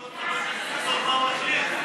צריך לשמוע את חבר הכנסת חסון, מה הוא מחליט.